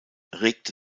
regte